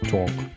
Talk